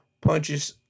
punches